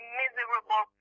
miserable